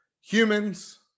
humans